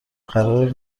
قرار